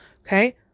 Okay